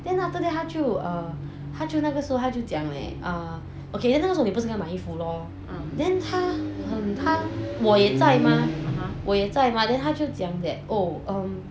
then after that 他就 err 他就那个时候他就讲 eh err okay then 那时候你不是跟他买衣服 lor then 他很贪我也在吗我也在 mah then 他就讲 that oh um